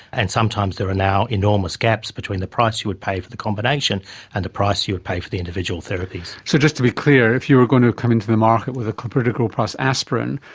and sometimes there are now enormous gaps between the price you would pay for the combination and the price you would pay for the individual therapies. so, just to be clear, if you're going to come into the market with a clopidogrel plus aspirin,